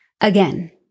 Again